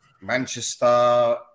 Manchester